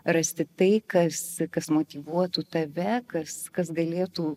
rasti tai kas kas motyvuotų tave kas kas galėtų